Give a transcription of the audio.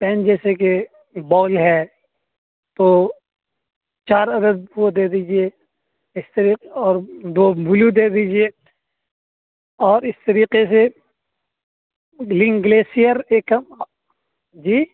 pain جیسے کہ ball ہے تو چار عدد وہ دے دیجیے اس طریقے اور دو بلیو دے دیجیے اور اس طریقے سے لنک گلیسئر ایک جی